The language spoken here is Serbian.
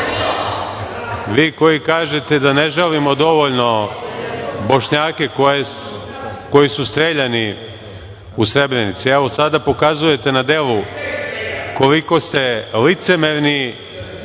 vi koji kažete da ne žalimo dovoljno Bošnjake koji su streljani u Srebrenici. Evo, sada pokazujete na delu koliko ste licemerni,